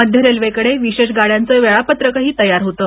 मध्य रेल्वेकडे विशेष गाड्यांच वेळापत्रकही तयार होतं